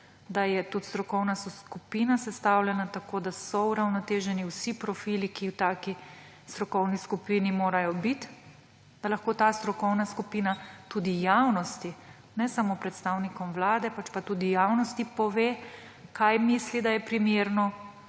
da je tudi strokovna skupina sestavljena tako, da so uravnoteženi vsi profili, ki v taki strokovni skupini morajo biti, da lahko ta strokovna skupina tudi javnosti, ne samo predstavnikom vlade, pač pa tudi javnosti pove, kaj misli, da je primerno,